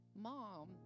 mom